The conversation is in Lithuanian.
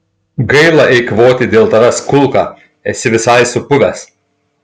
gaila eikvoti dėl tavęs kulką esi visai supuvęs